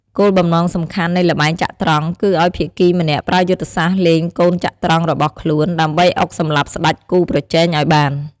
គោលបំណងសំខាន់នៃល្បែងចត្រង្គ គឺឲ្យភាគីម្នាក់ប្រើយុទ្ធសាស្ត្រលេងកូនចត្រង្គរបស់ខ្លួន ដើម្បីអុកសម្លាប់ស្ដេចគូប្រជែងឲ្យបាន។